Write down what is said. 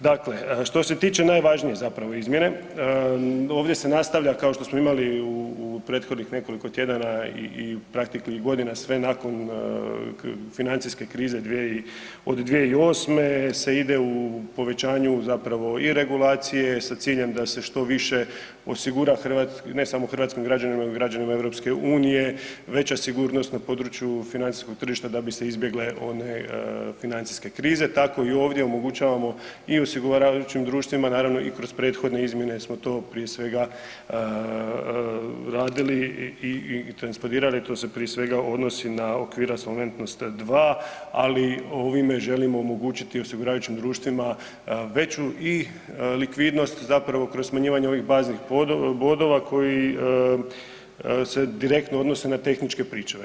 Dakle, što se tiče najvažnije zapravo izmjene ovdje se nastavlja kao što smo imali u prethodnih nekoliko tjedana i godina sve nakon financijske krize od 2008. se ide u povećanju zapravo i regulacije sa ciljem da se što više osigura ne samo hrvatskim građanima nego i građanima EU veća sigurnost na području financijskog tržišta da bi se izbjegle one financijske krize tako i ovdje omogućavamo i osiguravajućim društvima naravno i kroz prethodne izmjene smo to prije svega radili i transpodirali i to se prije svega odnosi na okvir Solventnost II, ali ovime želimo omogućiti osiguravajućim društvima veću i likvidnost zapravo kroz smanjivanje ovih baznih bodova koji se direktno odnose na tehničke pričuve.